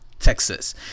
Texas